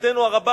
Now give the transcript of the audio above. לשמחתנו הרבה,